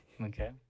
Okay